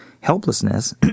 helplessness